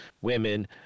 women